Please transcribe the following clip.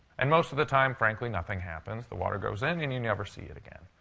and most of the time, frankly, nothing happens. the water goes in, and you never see it again.